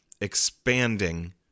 expanding